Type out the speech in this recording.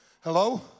Hello